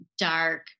dark